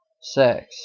sex